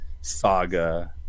saga